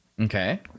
Okay